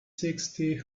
sixty